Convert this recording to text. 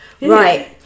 Right